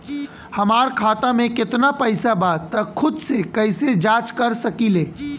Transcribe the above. हमार खाता में केतना पइसा बा त खुद से कइसे जाँच कर सकी ले?